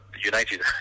United